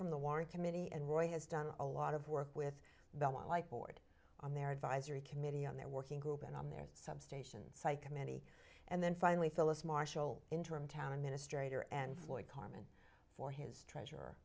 from the warren committee and roy has done a lot of work with them on like board on their advisory committee on their working group and on their substation site committee and then finally phyllis marshall interim town administrator and floyd carmen for his treasure